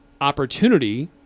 opportunity